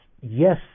yes